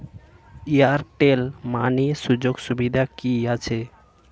Airtel money সুযোগ সুবিধা কি আছে?